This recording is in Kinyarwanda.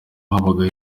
habaho